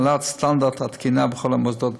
העלאת סטנדרט התקינה בכל המוסדות בארץ.